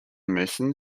müssen